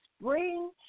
spring